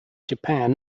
japan